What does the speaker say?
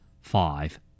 five